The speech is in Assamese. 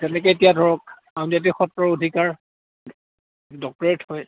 তেনেকে এতিয়া ধৰক আউনীআটি সত্ৰৰ অধিকাৰ ডক্তৰেট হয়